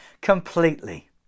completely